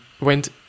went